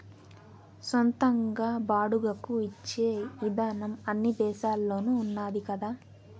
సొంతంగా బాడుగకు ఇచ్చే ఇదానం అన్ని దేశాల్లోనూ ఉన్నాది కదా